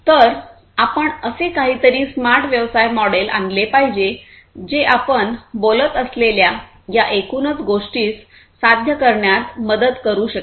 तर आपण असे काहीतरी स्मार्ट व्यवसाय मॉडेल आणले पाहिजे जे आपण बोलत असलेल्या या एकूणच गोष्टीस साध्य करण्यात मदत करू शकेल